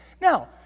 Now